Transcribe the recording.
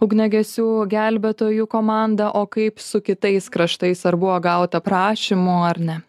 ugniagesių gelbėtojų komandą o kaip su kitais kraštais ar buvo gauta prašymų ar ne